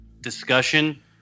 discussion